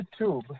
YouTube